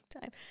time